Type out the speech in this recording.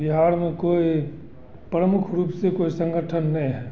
बिहार में कोई प्रमुख रूप से कोई संगठन नहीं है